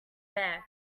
bear